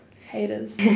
Haters